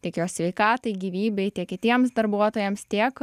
tiek jo sveikatai gyvybei tiek kitiems darbuotojams tiek